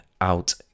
out